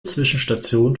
zwischenstation